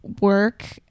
work